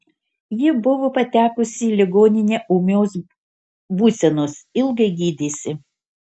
ji buvo patekusi į ligoninę ūmios būsenos ilgai gydėsi